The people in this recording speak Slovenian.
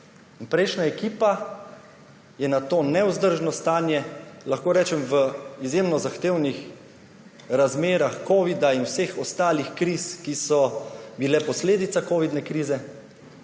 Prejšnja ekipa je v nevzdržnem stanju, lahko rečem v izjemno zahtevnih razmerah covida in vseh ostalih kriz, ki so bile posledica covidne krize,